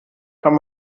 kann